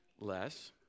less